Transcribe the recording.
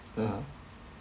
ah